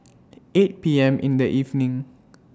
eight P M in The evening